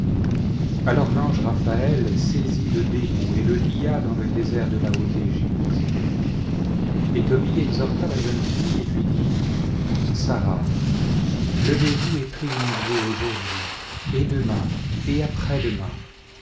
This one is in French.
alors l'ange raphaël saisit le dérnon et le lia dans le désert de la haute égypte et tobie exhorta la jeune fille et lui dit sara levez-vous et prions dieu aujourd'hui et demain et après-demain